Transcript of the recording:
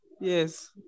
Yes